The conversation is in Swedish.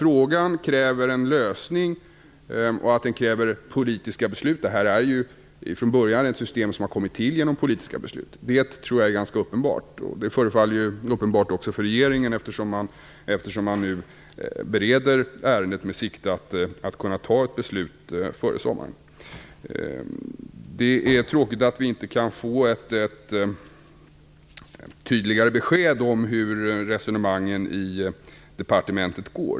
Frågan kräver alltså en lösning och politiska beslut. Det här systemet kom ju till genom politiska beslut. Det tror jag är ganska uppenbart. Det förefaller vara uppenbart också för regeringen, eftersom man bereder ärendet med siktet inställt på att kunna ta ett beslut före sommaren. Det är tråkigt att vi inte kan få ett tydligare besked om hur resonemangen i departementet går.